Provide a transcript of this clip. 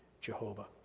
Jehovah